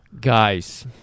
Guys